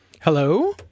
Hello